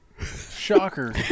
shocker